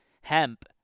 hemp